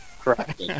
correct